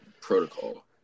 protocol